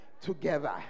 together